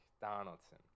Donaldson